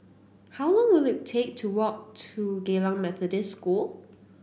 how long will it take to walk to Geylang Methodist School